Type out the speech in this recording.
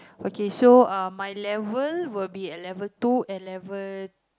okay so um my level will be at level two and level